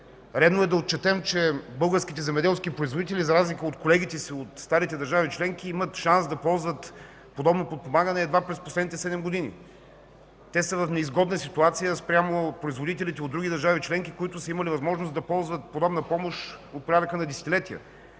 Редно е да отчетем, че българските земеделски производители, за разлика от колегите си от старите държави членки, имат шанс да ползват подобно подпомагане едва през последните седем години. Те са в неизгодна ситуация спрямо производителите от други държави членки, които са имали възможност да ползват подобна помощ от порядъка на десетилетия.